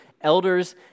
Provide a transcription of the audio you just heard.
elders